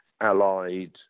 Allied